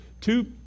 two